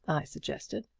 i suggested.